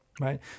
right